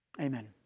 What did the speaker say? Amen